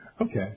Okay